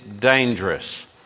dangerous